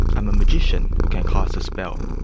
i'm a magician who can cast a spell,